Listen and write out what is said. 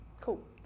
Cool